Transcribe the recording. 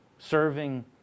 serving